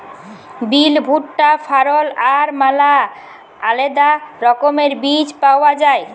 বিল, ভুট্টা, ফারল আর ম্যালা আলেদা রকমের বীজ পাউয়া যায়